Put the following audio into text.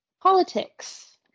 politics